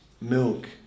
Milk